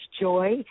joy